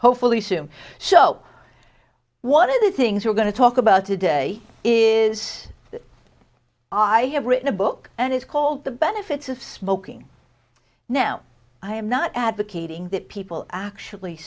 hopefully soon so what are the things we're going to talk about today is that i have written a book and it's called the benefits of smoking now i am not advocating that people actually